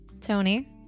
Tony